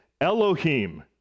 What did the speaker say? Elohim